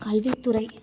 கல்வித்துறை